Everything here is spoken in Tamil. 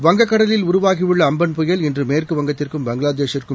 வங்கக்கடலில் உருவாகியுள்ள அம்பன் புயல் இன்று மேற்குவங்கத்திற்கும் பங்களாதேஷிற்கும்